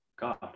God